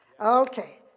Okay